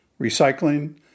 recycling